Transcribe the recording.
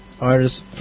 artists